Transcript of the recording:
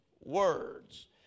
words